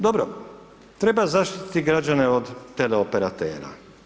Dobro, treba zaštititi građane od tele operatera.